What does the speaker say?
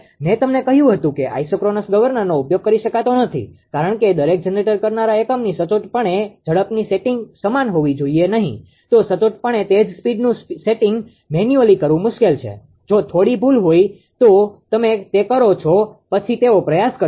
મેં તમને કહ્યું હતું કે આઇસોક્રોનસ ગવર્નરનો ઉપયોગ કરી શકાતો નથી કારણ કે દરેક જનરેટ કરનાર એકમની સચોટપણે ઝડપની સેટીંગ સમાન હોવી જોઈએ નહીં તો સચોટપણે તે જ સ્પીડનુ સેટિંગ મેન્યુઅલી કરવું મુશ્કેલ છે જો થોડી ભૂલ હોય તો તમે તે કરો છો પછી તેઓ પ્રયાસ કરશે